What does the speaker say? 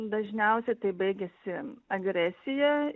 dažniausiai tai baigiasi agresija